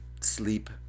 sleep